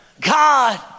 God